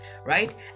right